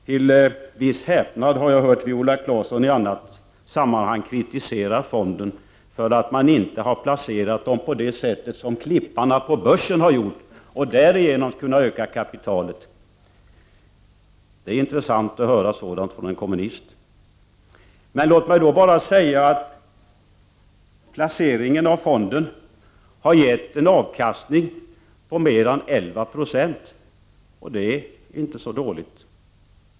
Till viss häpnad har jag hört Viola Claesson i annat sammanhang kritisera fonden för att inte ha placerat pengarna på sådant sätt som klipparna på börsen har gjort och därigenom ha kunnat öka kapitalet. Det är intressant att höra sådant från en kommunist. Låt mig bara säga att fondens placering har gett en avkastning på mer än 11 96. Det är inte så dåligt.